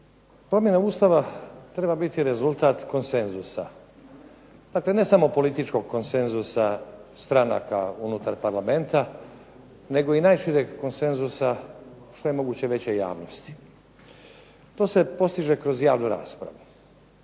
Promjena Ustava treba biti rezultat konsenzusa. Dakle, ne samo političkog konsenzusa stranaka unutar Parlamenta, nego i najšireg konsenzusa što je moguće veće javnosti. To se postiže kroz javnu raspravu.